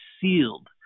sealed